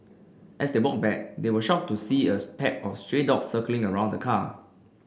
as they walked back they were shocked to see as pack of stray dogs circling around the car